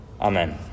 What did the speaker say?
Amen